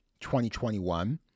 2021